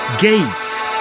Gates